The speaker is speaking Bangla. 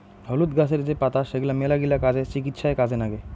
হলুদ গাছের যে পাতা সেগলা মেলাগিলা কাজে, চিকিৎসায় কাজে নাগে